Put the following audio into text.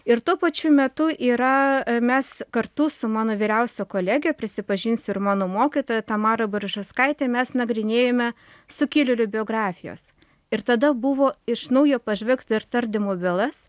ir tuo pačiu metu yra mes kartu su mano vyriausia kolege prisipažinsiu ir mano mokytoja tamara barišauskaite mes nagrinėjome sukilėlių biografijas ir tada buvo iš naujo pažvelgta ir tardymų bylas